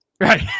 Right